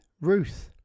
Ruth